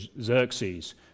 Xerxes